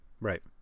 Right